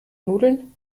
nudeln